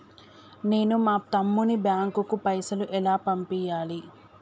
నేను మా తమ్ముని బ్యాంకుకు పైసలు ఎలా పంపియ్యాలి?